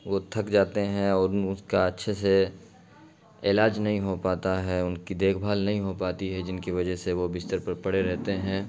وہ تھک جاتے ہیں اور اس کا اچھے سے علاج نہیں ہو پاتا ہے ان کی دیکھ بھال نہیں ہو پاتی ہے جن کی وجہ سے وہ بستر پر پڑے رہتے ہیں